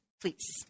please